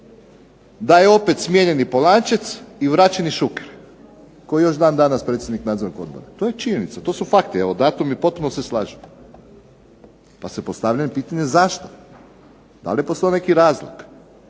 da je opet smijenjen i Polančec i vraćeni Šuker koji je još dan danas predsjednik Nadzornog odbora. To je činjenica. To su fakti. Evo datumi potpuno se slažu, pa se postavlja pitanje zašto? Da li je postojao neki razlog?